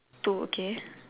two okay